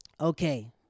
Okay